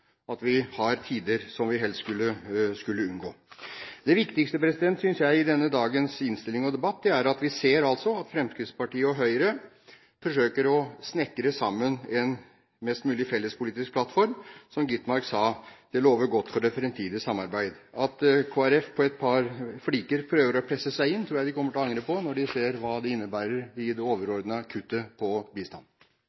at vi har tider som vi helst skulle unngått. Det viktigste, synes jeg, i denne dagens innstilling og debatt er at vi ser at Fremskrittspartiet og Høyre forsøker å snekre sammen en mest mulig felles politisk plattform. Som Skovholt Gitmark sa: Det lover godt for det fremtidige samarbeid. At Kristelig Folkeparti på et par fliker prøver å presse seg inn, tror jeg de kommer til å angre på når de ser hva det overordnede kuttet i bistand innebærer. Det